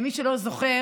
למי שלא זוכר,